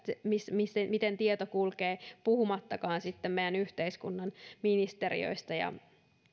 miten miten tieto kulkee puhumattakaan meidän yhteiskuntamme ministeriöistä ja